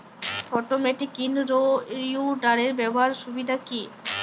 Automatic in row উইডারের ব্যবহারের সুবিধা কি?